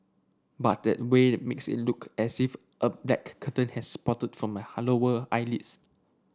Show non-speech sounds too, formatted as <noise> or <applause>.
but that way makes it look as if a black curtain has sprouted from my <unintelligible> lower eyelids